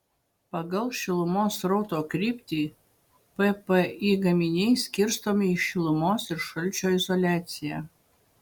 pagal šilumos srauto kryptį ppi gaminiai skirstomi į šilumos ir šalčio izoliaciją